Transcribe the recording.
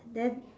then